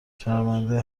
شرمنده